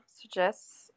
suggests